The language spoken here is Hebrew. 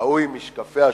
ההוא עם משקפי השמש,